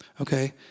Okay